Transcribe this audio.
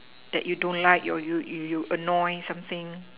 that you don't like your you you you annoy something